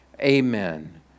Amen